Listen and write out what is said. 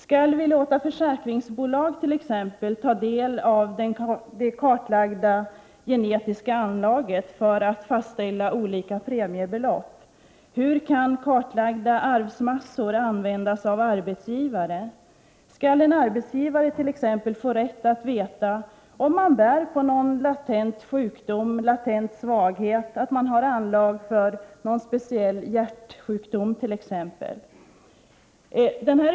Skall vi låta t.ex. försäkringsbolag ta del av det kartlagda genetiska anlaget för att fastställa olika premiebelopp? Hur kan kartlagda arvsmassor användas av arbetsgivare? Skall en arbetsgivare t.ex. få rätt att veta om man bär på någon latent sjukdom eller svaghet eller har anlag för speciell hjärtsjukdom?